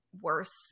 worse